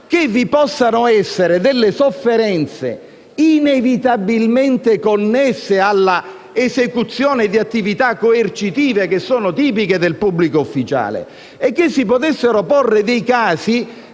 che vi possano essere delle sofferenze inevitabilmente connesse all'esecuzione di attività coercitive tipiche del pubblico ufficiale e che si possano porre dei casi